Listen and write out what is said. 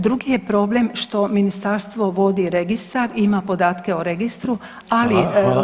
Drugi je problem što ministarstvo vodi registar, ima podatke o registru, ali